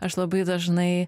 aš labai dažnai